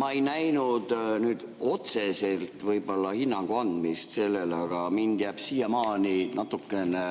Ma ei näinud nüüd otseselt võib-olla hinnangu andmist sellele, aga mul on jäänud siiamaani natukene